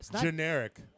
Generic